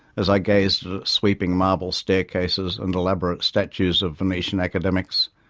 as i gazed sweeping marble staircases and elaborate statues of venetian academics,